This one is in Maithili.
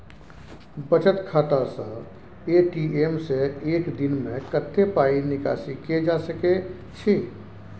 बचत खाता स ए.टी.एम से एक दिन में कत्ते पाई निकासी के सके छि?